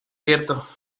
cierto